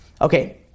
okay